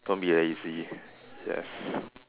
don't be lazy yes